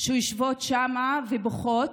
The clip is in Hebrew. שיושבות שם ובוכות.